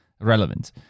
relevant